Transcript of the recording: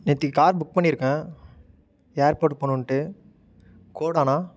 நேற்று car book பண்ணிருக்கேன் airport போகணுன்ட்டு கோடாண்ணா